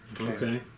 Okay